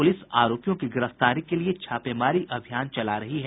police आरोपियों की गिरफ्तारी के लिये छापेमारी अभियान चला रही है